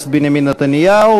חבר הכנסת בנימין נתניהו,